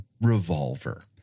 revolver